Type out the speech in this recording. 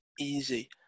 easy